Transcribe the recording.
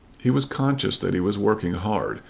he was conscious that he was working hard,